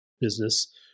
business